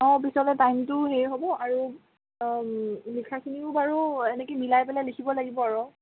অঁ পিছলৈ টাইমটোও হেৰি হ'ব আৰু লিখাখিনিও বাৰু এনেকৈ মিলাই পেলাই লিখিব লাগিব আৰু